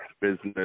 business